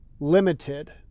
limited